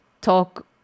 talk